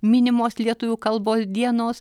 minimos lietuvių kalbos dienos